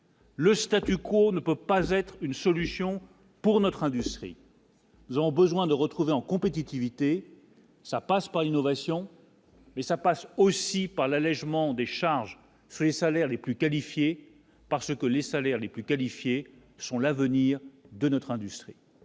Le statu quo ne peut pas être une solution pour notre industrie. Nous avons besoin de retrouver en compétitivité, ça passe par une ovation. Mais ça passe aussi par l'allégement des charges ces salaires les plus qualifiés, parce que les salaires les plus qualifiés sont l'avenir de notre industrie.